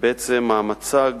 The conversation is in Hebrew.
ובעצם המצג